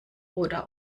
oder